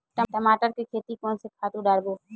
टमाटर के खेती कोन से खातु डारबो?